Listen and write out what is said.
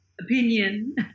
Opinion